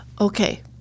Okay